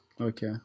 Okay